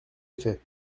effet